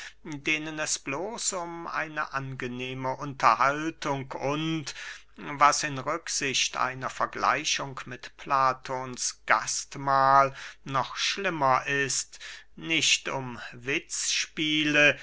denen es bloß um eine angenehme unterhaltung und was in rücksicht einer vergleichung mit platons gastmahl noch schlimmer ist nicht um